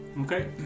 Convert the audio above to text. Okay